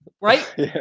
right